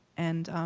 and